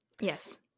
Yes